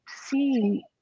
see